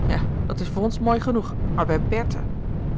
ja dat is voor ons mooi genoeg maar bij